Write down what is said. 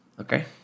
Okay